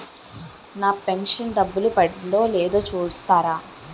నా pension డబ్బులు పడిందో లేదో చూస్తారా?